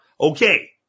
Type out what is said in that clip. Okay